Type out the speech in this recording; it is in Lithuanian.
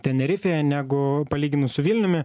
tenerifėje negu palyginus su vilniumi